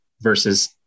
versus